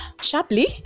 sharply